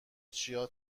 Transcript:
چیا